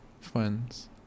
Friends